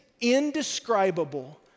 indescribable